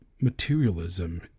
materialism